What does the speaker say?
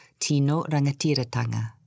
Tino-Rangatiratanga